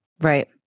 Right